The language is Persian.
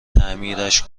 تعمیرش